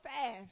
fast